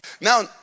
Now